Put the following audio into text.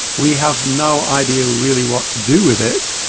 we have no idea really what to do with it,